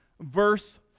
verse